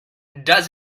does